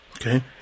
Okay